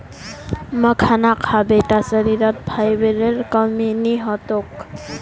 मखाना खा बेटा शरीरत फाइबरेर कमी नी ह तोक